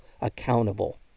accountable